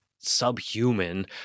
subhuman